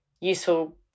useful